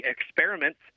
experiments